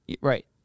Right